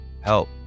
help